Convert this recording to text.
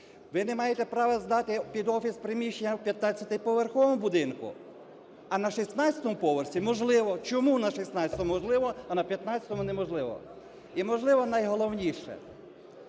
Ви не маєте права здати під офіс приміщення в п'ятнадцятиповерховому будинку, а на 16-му поверсі можливо. Чому на 16-му можливо, а на 15-му неможливо? І, можливо, найголовніше,